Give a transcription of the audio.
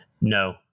No